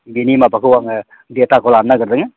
बिनि माबाखौ आङो डेटाखौ लानो नागिरदोङो